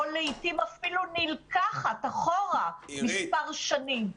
או לעיתים אפילו נלקחת אחורה מספר שנים.